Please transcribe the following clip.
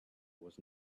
was